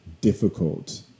difficult